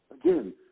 Again